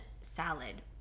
salad